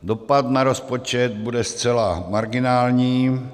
Dopad na rozpočet bude zcela marginální.